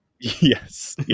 Yes